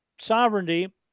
sovereignty